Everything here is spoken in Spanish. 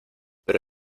pero